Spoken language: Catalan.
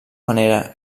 manera